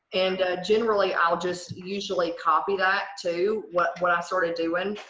and generally, i'll just usually copy that to what what i sort of doing.